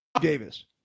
Davis